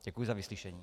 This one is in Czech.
Děkuji za vyslyšení.